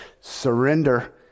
surrender